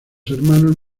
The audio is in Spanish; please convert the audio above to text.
hermanos